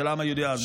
של העם היהודי אז.